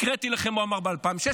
הקראתי לכם מה הוא אמר ב-2016,